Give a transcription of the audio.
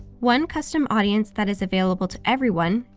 one custom audience that is available to everyone,